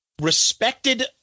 respected